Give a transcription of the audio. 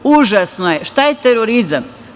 Užasno je šta je terorizam.